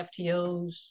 FTOs